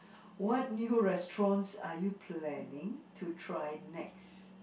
what new restaurants are you planning to try next